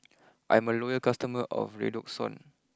I'm a loyal customer of Redoxon